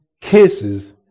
kisses